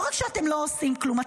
לא רק שאתם לא עושים כלום,